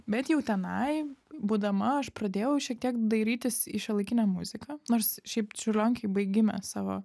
bet jau tenai būdama aš pradėjau šiek tiek dairytis į šiuolaikinę muziką nors šiaip čiurlionkėj baigėme savo